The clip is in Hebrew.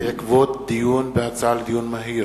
בעקבות דיון מהיר